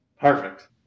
Perfect